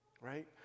right